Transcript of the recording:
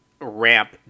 ramp